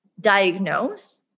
diagnose